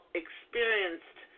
experienced